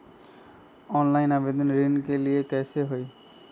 Online आवेदन ऋन के लिए कैसे हुई?